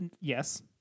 Yes